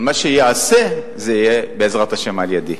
אבל מה שייעשה יהיה בעזרת השם על-ידי.